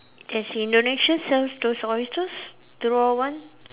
does Indonesia sells those oysters the raw one